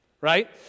right